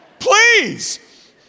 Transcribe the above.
Please